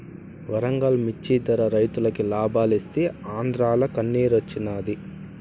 వరంగల్ మిచ్చి ధర రైతులకి లాబాలిస్తీ ఆంద్రాల కన్నిరోచ్చినాది